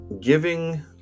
giving